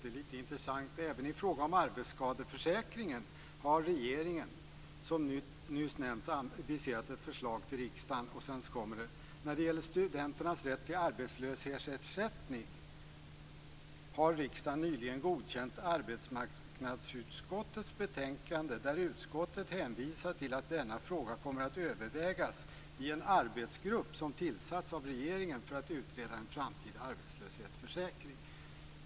Det är lite intressant: "Även i fråga om arbetsskadeförsäkring har regeringen, som nyss nämnts, aviserat ett förslag till riksdagen." Sedan kommer det: "När det gäller studenters rätt till arbetslöshetsersättning - har riksdagen nyligen godkänt arbetsmarknadsutskottets betänkande - där utskottet hänvisade till att denna fråga kommer att övervägas i en arbetsgrupp som tillsatts av regeringen för att utreda en framtida arbetslöshetsförsäkring."